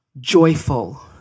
Joyful